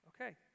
Okay